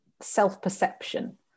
self-perception